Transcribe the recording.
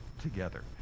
together